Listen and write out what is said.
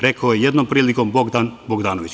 Rekao je jednom prilikom Bogdan Bogdanović.